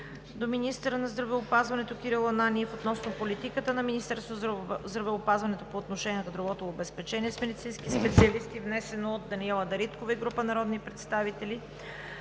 към министъра на здравеопазването господин Кирил Ананиев относно политиката на Министерството на здравеопазването по отношение на кадровите обезпечения с медицински специалисти. Вносител: Даниела Дариткова и група народни представители.